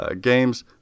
games